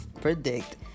predict